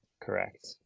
Correct